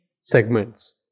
segments